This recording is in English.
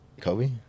Kobe